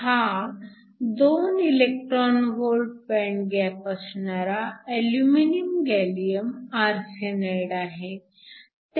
हा 2 eV band gap असणारा aluminium gallium arsenide आहे